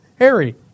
Harry